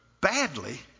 badly